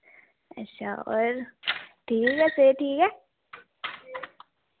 अच्छा और ठीक ऐ सेह्त ठीक ऐ